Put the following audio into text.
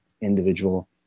individual